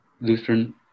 Lutheran